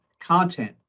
content